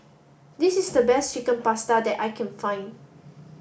this is the best Chicken Pasta that I can find